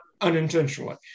unintentionally